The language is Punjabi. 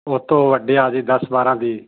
ਉਹ ਤੋਂ ਵੱਡੀ ਆ ਗਈ ਦਸ ਬਾਰਾਂ ਦੀ